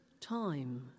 time